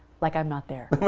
like i'm not there.